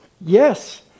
yes